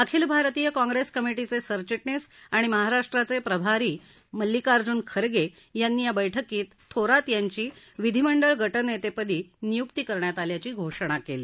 अखिल भारतीय काँग्रेस कमिटीचे सरचिटणीस आणि महाराष्ट्राचे प्रभारी मल्लिकार्जून खर्गे यांनी या बैठकीत थोरात यांची विधीमंडळ गटनेते पदी नियुक्ती करण्यात आल्याची घोषणा केली